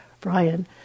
Brian